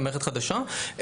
חבר'ה הכול בסדר,